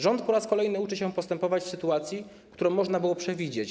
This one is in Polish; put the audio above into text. Rząd po raz kolejny uczy się postępować w sytuacji, którą można było przewidzieć.